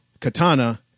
katana